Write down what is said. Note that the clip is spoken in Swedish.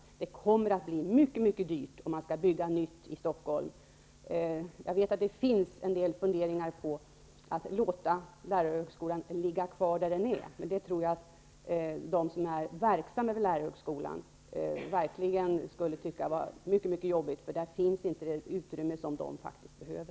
Det kommer att bli mycket dyrt om man skall bygga nytt i Stockholm. Jag vet att det finns en del funderingar på att låta lärarhögskolan ligga kvar där den är. Det skulle de som är verksamma inom skolan verkligen tycka var jobbigt, för där finns inte de utrymmen som faktiskt behövs.